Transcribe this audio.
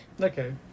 okay